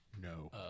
No